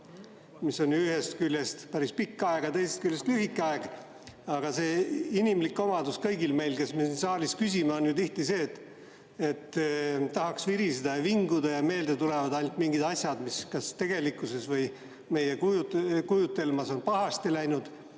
mis on ühest küljest päris pikk aeg, aga teisest küljest lühike aeg. Aga see inimlik omadus on kõigil meil, kes me siin saalis küsime, et tihti tahaks viriseda ja vinguda ja meelde tulevad ainult asjad, mis kas tegelikkuses või meie kujutelmas on pahasti läinud.